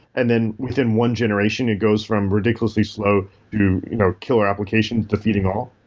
and then within one generation it goes from ridiculously slow to you know killer applications to feeding all.